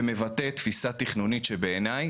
ומבטא תפיסה תכנונית שבעיניי,